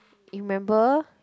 you remember